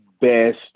best